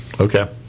Okay